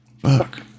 Fuck